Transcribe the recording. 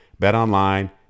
BetOnline